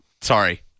Sorry